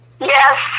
Yes